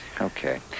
okay